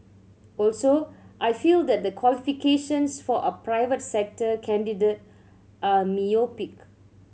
also I feel that the qualifications for a private sector candidate are myopic